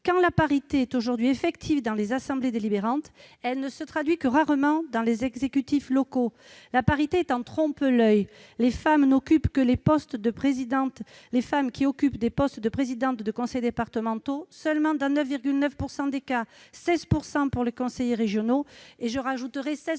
Quand la parité est aujourd'hui effective dans les assemblées délibérantes, elle ne se traduit que rarement dans les exécutifs locaux. La parité est en trompe-l'oeil : les femmes n'occupent les postes de présidente de conseil départemental que dans 9,9 % des cas et elles ne sont que 16